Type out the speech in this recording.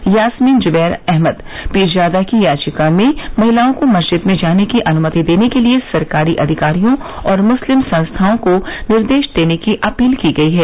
यासमीन जुबैर अहमद पीरजादा की याचिका में महिलाओं को मस्जिदों में जाने की अनुमति देने के लिए सरकारी अधिकारियों और मुस्लिम संस्थाओं को निर्देश देने की अपील की गई है